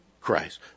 Christ